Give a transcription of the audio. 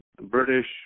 British